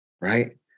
Right